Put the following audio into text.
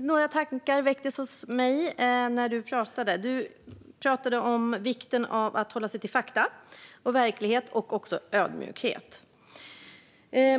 Några tankar väcktes hos mig när ledamoten talade. Han pratade om vikten av att hålla sig till fakta och verkligheten och även om ödmjukhet.